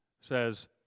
says